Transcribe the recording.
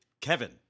Kevin